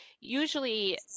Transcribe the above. usually